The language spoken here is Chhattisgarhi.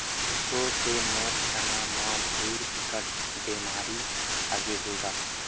एसो से मोर चना म भइर बिकट बेमारी आगे हे गा